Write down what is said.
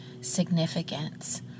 significance